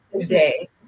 today